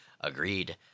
Agreed